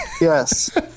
yes